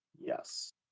Yes